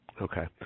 Okay